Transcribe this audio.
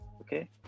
Okay